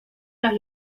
las